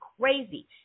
crazy